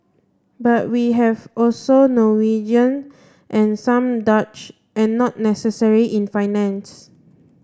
but we have also Norwegian and some Dutch and not necessarily in finance